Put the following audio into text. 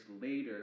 later